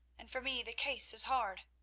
and for me the case is hard.